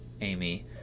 Amy